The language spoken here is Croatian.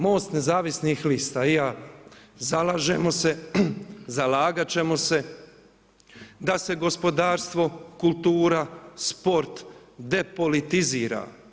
MOST nezavisnih lista i ja zalažemo se, zalagat ćemo se da se gospodarstvo, kultura, sport depolitizira.